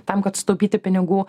tam kad sutaupyti pinigų